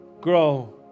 grow